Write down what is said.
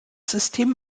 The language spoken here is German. system